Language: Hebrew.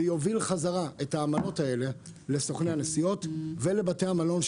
זה יוביל חזרה את האמנות האלה לסוכני הנסיעות ולבתי המלון,